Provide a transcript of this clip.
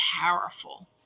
powerful